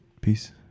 peace